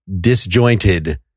disjointed